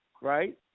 right